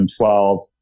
12